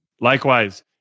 Likewise